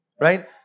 right